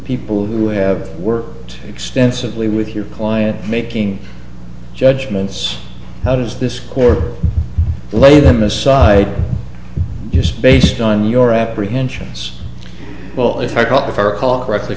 people who have worked extensively with your client making judgments how does this court lay them aside just based on your apprehensions well it's hard call prefer recall correctly